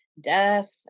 death